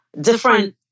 different